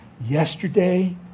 yesterday